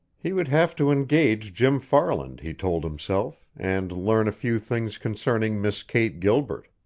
he would have to engage jim farland, he told himself, and learn a few things concerning miss kate gilbert.